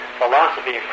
philosophy